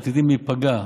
עתידים להיפגע,